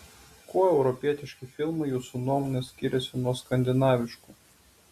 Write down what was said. kuo europietiški filmai jūsų nuomone skiriasi nuo skandinaviškų